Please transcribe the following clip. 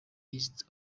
east